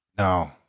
No